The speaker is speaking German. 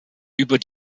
über